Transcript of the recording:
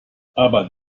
aber